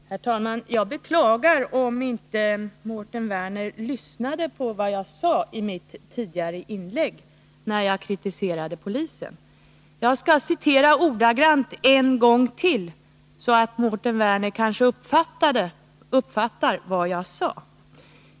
Herr talman! Jag beklagar om Mårten Werner inte lyssnade på vad jag sade i mitt tidigare inlägg, då jag kritiserade polisen. Jag skall ordagrant upprepa vad jag sade. Mårten Werner kanske uppfattar det den här gången.